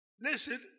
Listen